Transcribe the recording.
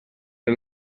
del